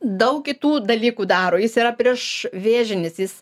daug kitų dalykų daro jis yra priešvėžinis jis